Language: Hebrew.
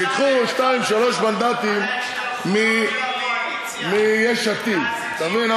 שייקחו שניים-שלושה מנדטים מיש עתיד, אתה מבין?